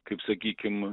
kaip sakykim